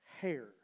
hair